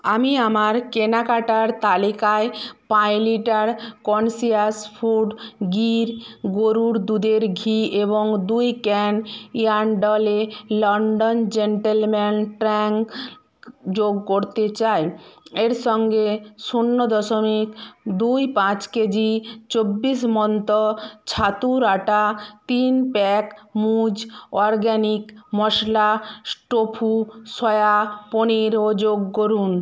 আমি আমার কেনাকাটার তালিকায় পাঁচ লিটার কন্সিয়াস ফুড গির গরুর দুধের ঘি এবং দুই can Yardley London gentleman talc যোগ করতে চাই এর সঙ্গে শূন্য দশমিক দুই পাঁচ কেজি চব্বিশ মন্ত্র ছাতুর আটা তিন প্যাক মুজ অর্গ্যানিক মশলা টোফু সয়া পনিরও যোগ করুন